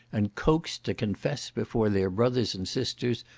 and coaxed to confess before their brothers and sisters,